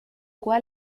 cual